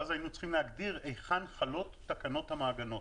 ואז היינו צריכים להגדיר היכן חלות תקנות המעגנות.